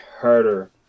harder